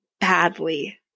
badly